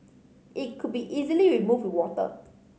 it could be easily removed with water